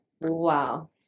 wow